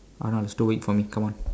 Arnold is too weak for me come on